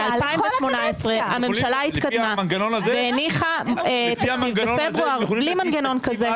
ב-2018 הממשלה הניחה תקציב בפברואר בלי מנגנון כזה.